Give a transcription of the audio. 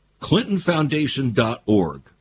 ClintonFoundation.org